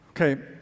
Okay